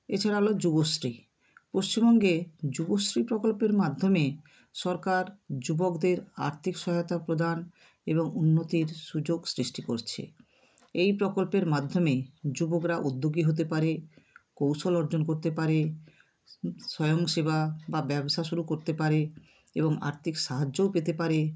এছাড়া হলো যুবশ্রী পশ্চিমবঙ্গে যুবশ্রী প্রকল্পের মাধ্যমে সরকার যুবকদের আর্থিক সহায়তা প্রদান এবং উন্নতির সুযোগ সৃষ্টি করছে এই প্রকল্পের মাধ্যমে যুবকরা উদ্যোগী হতে পারে কৌশল অর্জন করতে পারে স্বয়ংসেবা বা ব্যবসা শুরু করতে পারে এবং আর্থিক সাহায্যও পেতে পারে